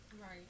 Right